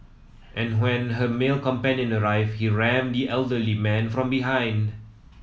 and when her male companion arrived he rammed the elderly man from behind